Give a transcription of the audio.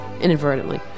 inadvertently